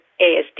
ASD